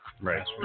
Right